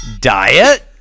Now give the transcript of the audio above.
Diet